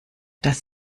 das